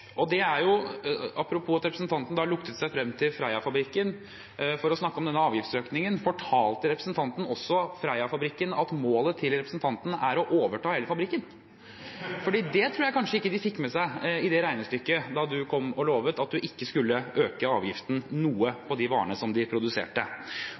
det er altså bare en start. Apropos det at representanten luktet seg frem til Freia-fabrikken for å snakke om denne avgiftsøkningen: Fortalte representanten også Freia-fabrikken at målet til representanten er å overta hele fabrikken? Jeg tror kanskje de ikke fikk med seg det i regnestykket da representanten kom og lovet at han ikke skulle øke avgiften